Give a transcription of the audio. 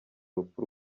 urupfu